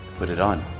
put it on.